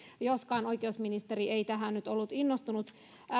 joskaan oikeusministeri ei tästä nyt ollut innostunut